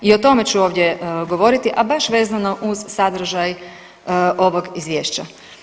I o tome ću ovdje govoriti, a baš vezano uz sadržaj ovog izvješća.